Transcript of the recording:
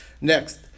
next